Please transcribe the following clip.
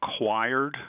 acquired